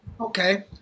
Okay